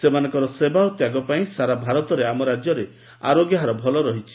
ସେମାନଙ୍କ ସେବା ଓ ତ୍ୟାଗ ପାଇଁ ସାରା ଭାରତରେ ଆମ ରାଜ୍ୟର ଆରୋଗ୍ୟ ହାର ଭଲ ରହିଛି